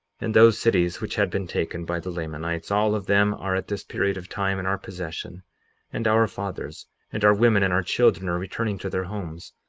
and those cities which had been taken by the lamanites, all of them are at this period of time in our possession and our fathers and our women and our children are returning to their homes,